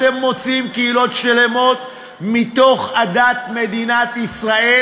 אתם מוציאים קהילות שלמות מעדת מדינת ישראל,